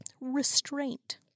restraint